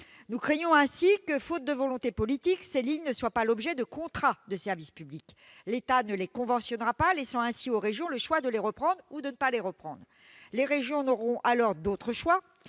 Nous craignons en effet que, faute de volonté politique, ces lignes ne fassent pas l'objet de contrats de service public. L'État ne les conventionnera pas, laissant ainsi aux régions le choix de les reprendre ou non. Les régions n'auront alors d'autre option